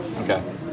Okay